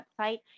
website